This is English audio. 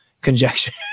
conjecture